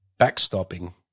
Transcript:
backstopping